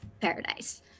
paradise